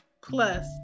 plus